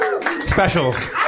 specials